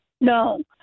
No